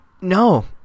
No